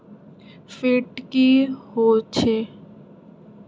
Fat की होवछै?